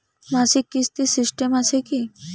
মাসিক কিস্তির সিস্টেম আছে কি?